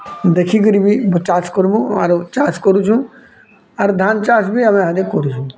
ଦେଖି କରି ବି ଚାଷ୍ କରିବୁ ଆରୁ ଚାଷ୍ କରୁଛୁ ଆର୍ ଧାନ ଚାଷ ବି ଆମେ ଅଧିକ କରୁସୁଁ